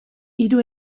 hiru